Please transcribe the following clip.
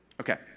Okay